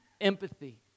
empathy